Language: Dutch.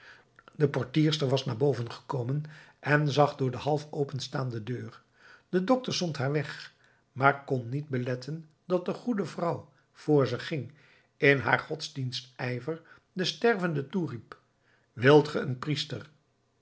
de portierster was naar boven gekomen en zag door de half openstaande deur de dokter zond haar weg maar kon niet beletten dat de goede vrouw vr ze ging in haar godsdienstijver den stervende toeriep wilt ge een priester